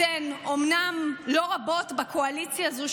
אתן אומנם לא רבות בקואליציה הזו,